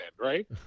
right